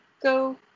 go